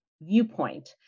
viewpoint